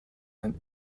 and